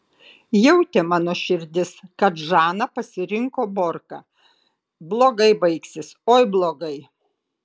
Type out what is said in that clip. jautė mano širdis kai žana pasirinko borką blogai baigsis oi blogai